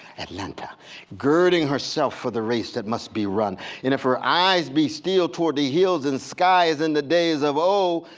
and and girding herself for the race that must be run and if her eyes be still toward the hills and sky as in the days of old,